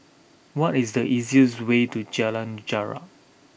what is the easiest way to Jalan Jarak